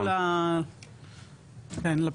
אחר כך אתם תגיעו לפתרון.